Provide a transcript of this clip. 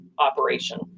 operation